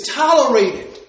tolerated